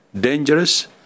dangerous